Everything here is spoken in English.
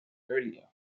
earlier